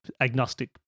agnostic